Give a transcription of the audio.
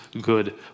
good